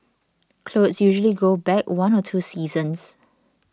clothes usually go back one or two seasons